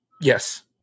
Yes